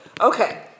Okay